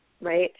right